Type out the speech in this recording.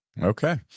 Okay